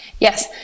yes